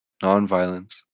nonviolence